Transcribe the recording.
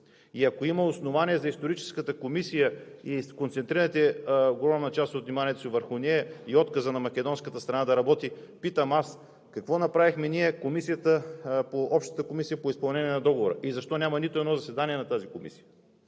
И ако има основание за Историческата комисия и концентрирате огромна част от вниманието си върху нея и отказа на Македонската страна да работи, питам аз: какво направихме ние с Общата комисия по изпълнение на договора и защо няма нито едно заседание на тази комисия?